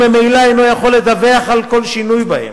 וממילא אינו יכול לדווח על כל שינוי בהם.